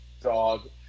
dog